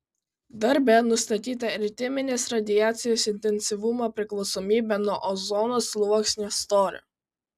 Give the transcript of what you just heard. darbe nustatyta eriteminės radiacijos intensyvumo priklausomybė nuo ozono sluoksnio storio